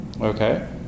okay